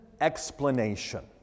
explanation